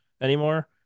anymore